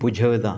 ᱵᱩᱡᱷᱟᱹᱣᱮᱫᱟ